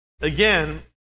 again